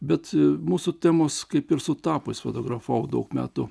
bet mūsų temos kaip ir sutapo jis fotografavo daug metų